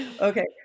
Okay